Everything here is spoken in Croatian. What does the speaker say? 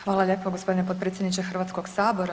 Hvala lijepa gospodine potpredsjedniče Hrvatskog sabora.